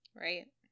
Right